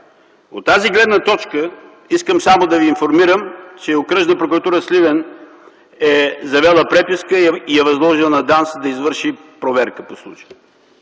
От тази гледна точка, искам само да Ви информирам, че Окръжна прокуратура – Сливен, е завела преписка, и е възложила на ДАНС да извърши проверка по случая.